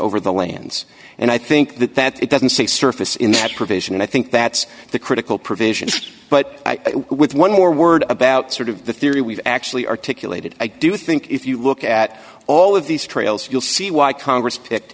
over the lands and i think that that it doesn't say surface in that provision and i think that's the critical provisions but with one more word about sort of the theory we've actually articulated i do think if you look at all of these trails you'll see why congress picked